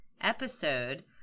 episode